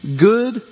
Good